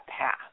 path